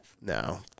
No